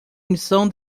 emissão